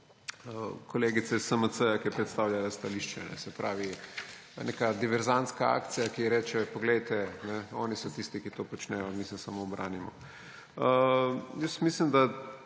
kolegica iz SMC, ki je predstavljala stališče. Se pravi, neka diverzantska akcija, ko reče, poglejte, oni so tisti, ki to počnejo, mi se samo branimo. Jaz mislim, da